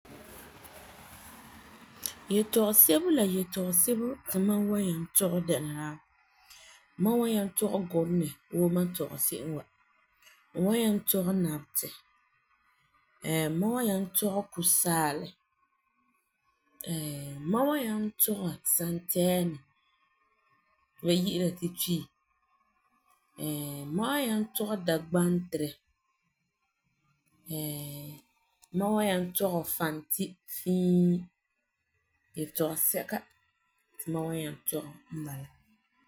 Yetɔgum sebo la yetɔgum sebo ti mam wan nyaŋɛ tɔgɛ de la, mam wan nyaŋɛ tɔgɛ Gurenɛ wuu mam n tɔgɛ se'em wa,n wan nyaŋɛ tɔgɛ nabetɛ, mam wan nyaŋɛ tɔgɛ kusaalɛ, mam wan nyaŋɛ tɔgɛ santɛɛnɛ ti ba yi'ira ti twi, mam wan nyaŋɛ tɔgɛ dagantirɛ, mam wan nyaŋɛ tɔgɛ fanti fii yetɔgum sɛka ti mam wan nyaŋɛ tɔgɛ n bala.